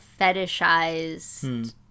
fetishized